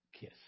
kiss